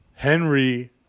Henry